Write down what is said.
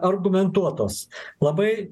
argumentuotos labai